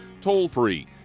toll-free